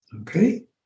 okay